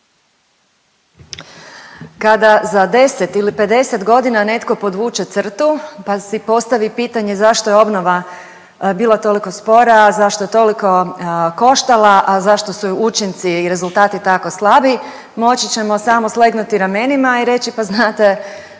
Kada za 10 ili 50 godina netko podvuče crtu pa si postavi pitanje zašto je obnova bila toliko spora, zašto je toliko koštala, a zašto su učinci i rezultati tako slabi moći ćemo samo slegnuti ramenima i reći pa znate